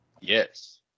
Yes